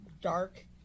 dark